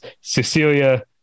Cecilia